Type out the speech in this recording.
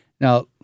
now